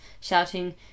shouting